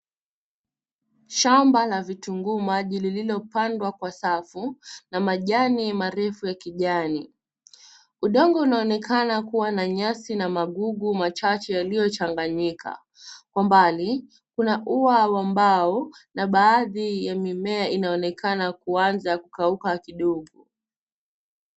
Shamba la vitunguu maji lililopandwa kwa safu na majani marefu ya kijani. Udongo unaonekana kuwa na nyasi na magugu machache yaliyochanganyika. Kwa mbali kuna ua wa mbao na baadhi ya mimea inaonekana kuanza kukauka kidogo.